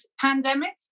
pandemic